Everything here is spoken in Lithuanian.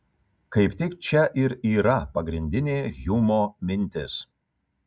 kaip tik čia ir yra pagrindinė hjumo mintis